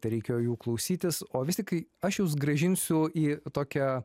tereikėjo jų klausytis o vis tik kai aš jus grąžinsiu į tokią